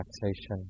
relaxation